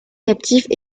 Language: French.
captifs